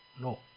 No